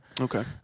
Okay